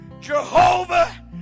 Jehovah